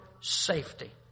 safety